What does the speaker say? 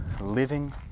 living